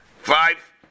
Five